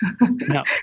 No